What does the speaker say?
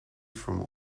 from